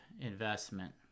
investment